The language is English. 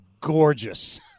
gorgeous